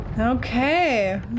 Okay